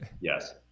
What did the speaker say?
yes